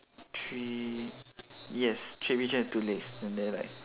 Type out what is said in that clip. three yes three pigeons two legs and there like